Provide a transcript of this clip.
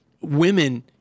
Women